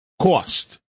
cost